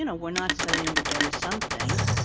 you know, we are not saying that there are some things